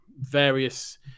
various